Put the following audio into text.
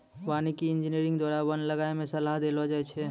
वानिकी इंजीनियर द्वारा वन लगाय मे सलाह देलो जाय छै